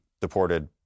deported